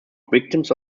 victims